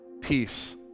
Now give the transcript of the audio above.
peace